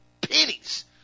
Pennies